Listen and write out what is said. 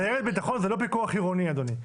סיירת ביטחון זה לא פיקוח עירוני, אדוני.